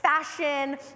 fashion